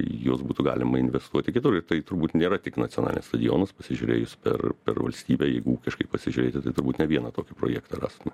juos būtų galima investuoti kitur ir tai turbūt nėra tik nacionalinis stadionas pasižiūrėjus per per valstybę jeigu ūkiškai pasižiūrėti tai turbūt ne vieną tokį projektą rastume